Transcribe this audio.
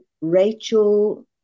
Rachel